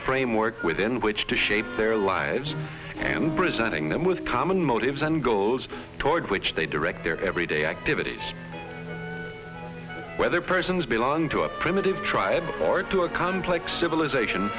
framework within which to shape their lives and presenting them with common motives and goals toward which they direct their everyday activities whether persons belong to a primitive tribe or to a complex civilization